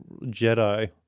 Jedi